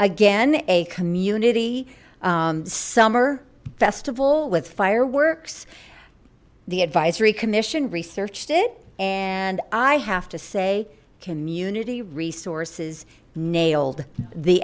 again a community summer festival with fireworks the advisory commission researched it and i have to say community resources nailed the